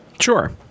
Sure